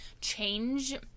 change